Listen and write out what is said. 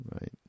right